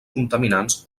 contaminants